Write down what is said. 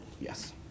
Yes